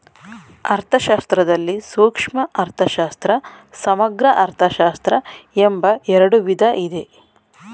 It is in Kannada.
ಅರ್ಥಶಾಸ್ತ್ರದಲ್ಲಿ ಸೂಕ್ಷ್ಮ ಅರ್ಥಶಾಸ್ತ್ರ, ಸಮಗ್ರ ಅರ್ಥಶಾಸ್ತ್ರ ಎಂಬ ಎರಡು ವಿಧ ಇದೆ